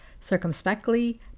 circumspectly